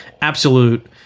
absolute